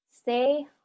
stay